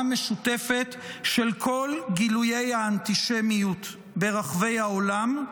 משותפת של כל גילויי האנטישמיות ברחבי העולם,